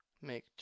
make